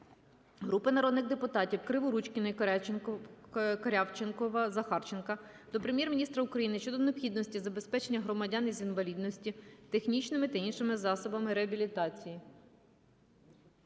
Групи народних депутатів (Криворучкіної, Корявченкова, Захарченка) до Прем'єр-міністра України щодо необхідності забезпечення громадян із інвалідністю технічними та іншими засобами реабілітації.